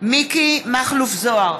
מיקי מכלוף זוהר,